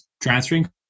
transferring